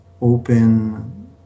open